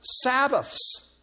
Sabbaths